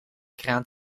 kraan